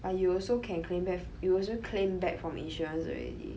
but you also can claim back you also claim back from insurance already